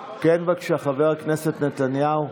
כן, בבקשה, חבר הכנסת נתניהו.